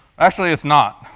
actually, it's not.